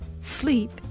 sleep